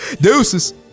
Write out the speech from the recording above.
Deuces